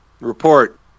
Report